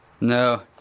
No